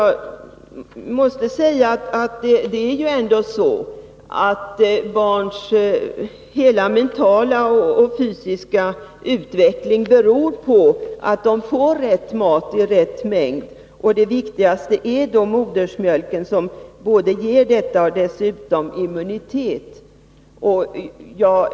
23 november 1982 Barns hela mentala och fysiska utveckling är beroende av att de får rätt mat i rätt mängd. Det viktigaste är modersmjölken, som ger både detta och immunitet.